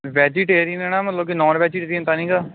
vegetarian ਆ ਨਾ ਮਤਲਬ ਕਿ ਨੋਨ ਵੈਜ਼ੀਟੇਰੀਅਨ ਤਾਂ ਨਹੀਂ ਗਾ